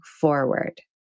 forward